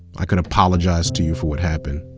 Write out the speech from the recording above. i could apologize to you for what happened,